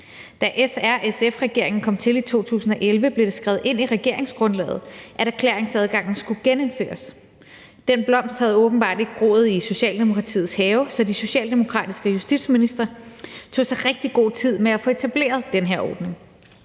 Da SRSF-regeringen kom til i 2011, blev det skrevet ind i regeringsgrundlaget, at erklæringsadgangen skulle genindføres. Den blomst havde åbenbart ikke groet i Socialdemokratiets have, så de socialdemokratiske justitsministre tog sig rigtig god tid med at få etableret den her ordning.